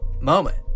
moment